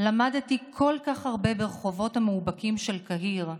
השגרירות בבניין.) למדתי כל כך הרבה ברחובות המאובקים של קהיר: